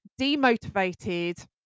demotivated